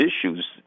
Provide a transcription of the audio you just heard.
issues